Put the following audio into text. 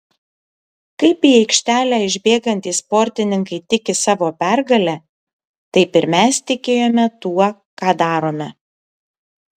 kaip į aikštelę išbėgantys sportininkai tiki savo pergale taip ir mes tikėjome tuo ką darome